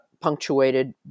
punctuated